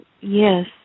Yes